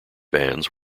bands